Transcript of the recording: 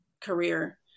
career